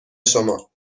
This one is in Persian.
شما